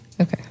Okay